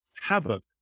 havoc